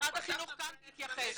משרד החינוך כאן ויתייחס.